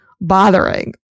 bothering